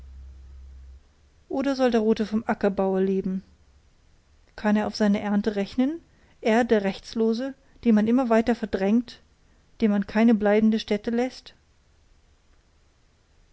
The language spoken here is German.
oder soll der rote vom ackerbaue leben kann er auf seine ernte rechnen er der rechtslose den man immer weiter verdrängt dem man keine bleibende stätte läßt